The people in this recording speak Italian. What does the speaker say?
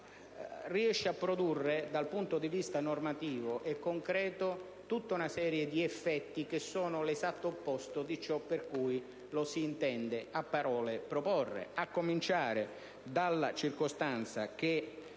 riesce a produrre, dal punto di vista normativo e concreto, una serie di effetti che sono l'esatto opposto di ciò per cui, a parole, lo si intende proporre a cominciare dalla circostanza che